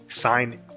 sign